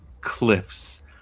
cliffs